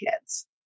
kids